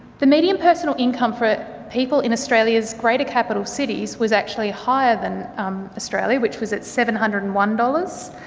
the median personal income for people in australia's greater capital cities was actually higher than australia, which was at seven hundred and one dollars.